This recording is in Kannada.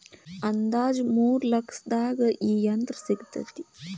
ಅಂದಾಜ ಮೂರ ಲಕ್ಷದಾಗ ಈ ಯಂತ್ರ ಸಿಗತತಿ